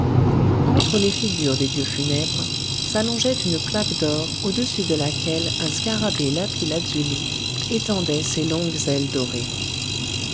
entre les figures des dieux funèbres s'allongeait une plaque d'or au-dessus de laquelle un scarabée de lapis-lazuli étendait ses longues ailes dorées